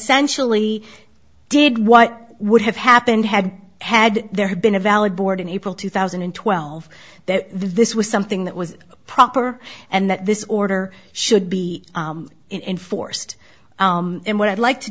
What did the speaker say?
essentially did what would have happened had had there have been a valid board in april two thousand and twelve that this was something that was proper and that this order should be enforced and what i'd like to